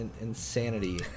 insanity